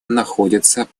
находятся